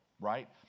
right